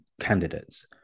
candidates